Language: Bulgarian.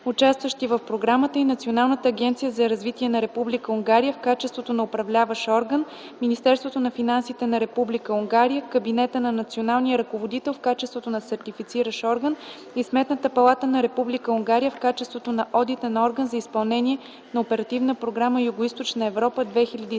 участващи в Програмата, и Националната агенция за развитие на Република Унгария в качеството на Управляващ орган, Министерството на финансите на Република Унгария – Кабинета на Националния ръководител в качеството на Сертифициращ орган, и Сметната палата на Република Унгария в качеството на Одитен орган за изпълнение на Оперативна програма „Югоизточна Европа”